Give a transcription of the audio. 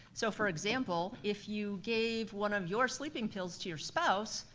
so for example, if you gave one of your sleeping pills to your spouse,